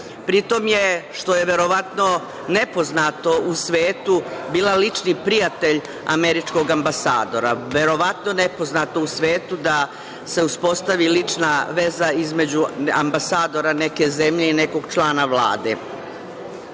Pri tome je, što je verovatno nepoznato u svetu, bila lični prijatelj američkog ambasadora, verovatno nepoznato u svetu da se uspostavi lična veza između ambasadora neke zemlje i nekog člana Vlade. To